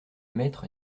maître